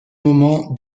moment